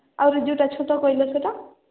ଆହୁରି ଯେଉଁଟା ଛୋଟ କହିଲ ସେଇଟା